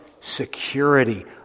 security